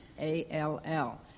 A-L-L